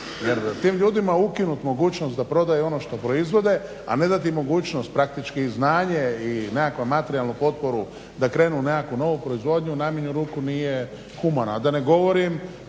tim ljudima ukinut mogućnost da prodaju ono što proizvode, a ne dati mogućnost, praktički i znanje i nekakvu materijalnu potporu da krenu u nekakvu novu proizvodnju u najmanju ruku nije humano